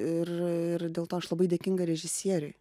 ir ir dėl to aš labai dėkinga režisieriui